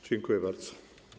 Dziękuję bardzo.